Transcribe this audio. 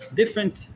different